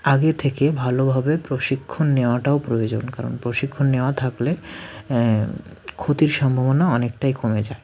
আগে থেকে ভালোভাবে প্রশিক্ষণ নেওয়াটাও প্রয়োজন কারণ প্রশিক্ষণ নেওয়া থাকলে ক্ষতির সম্ভাবনা অনেকটাই কমে যায়